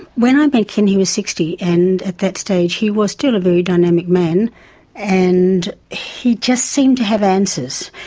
when i met ken he was sixty and at that stage he was still a very dynamic man and he just seemed to have answers.